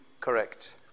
correct